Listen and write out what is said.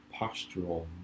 postural